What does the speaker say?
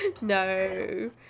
no